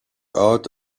out